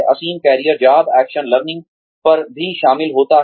असीम career job action learning पर भी शामिल होता है